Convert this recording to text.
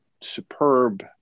superb